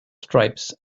stripes